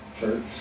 church